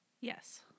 Yes